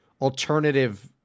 alternative